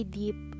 deep